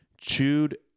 chewed